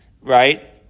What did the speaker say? right